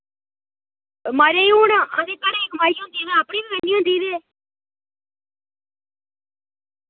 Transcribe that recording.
माराज हू'न